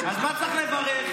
אז מה צריך לברך?